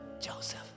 Joseph